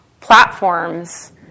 platforms